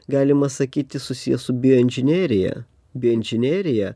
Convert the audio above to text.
galima sakyti susiję su bioinžinerija bioinžinerija